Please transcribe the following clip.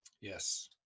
Yes